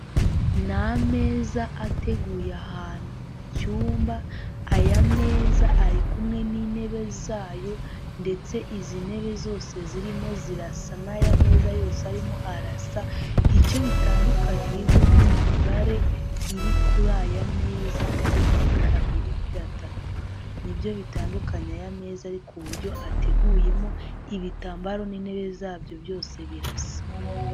Ni ameza ateguye ahantu cyumba aya meza ari kumwe n'intebe zayo ndetse izi ntebe zose zirimo zirasa n'aya meza yose arimo arasa icyo bitandukaniyeho n'imibare iri kuri aya meza rimwe kabiri gatatu nibyo bitandukanya aya ameza ariko uburyo ateguyemo ibitambaro n'intebe zabyo byose birasa.